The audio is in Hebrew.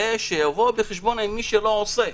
ושיבואו בחשבון עם מי שלא עושה.